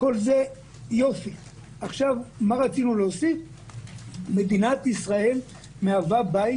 ולהוסיף לו שמדינת ישראל מהווה בית